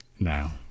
Now